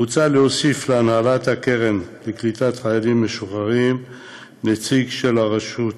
1. מוצע להוסיף להנהלת הקרן לקליטת חיילים משוחררים נציג של הרשות